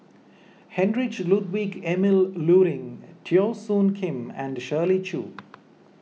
Heinrich Ludwig Emil Luering Teo Soon Kim and Shirley Chew